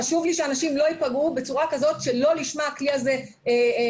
חשוב לי שאנשים לא ייפגעו בצורה כזאת שלא לשמה הכלי הזה נפגע,